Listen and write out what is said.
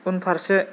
उनफारसे